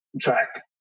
track